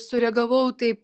sureagavau taip